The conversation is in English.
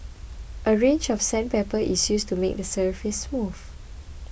a range of sandpaper is used to make the surface smooth